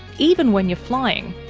even when you're flying.